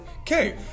okay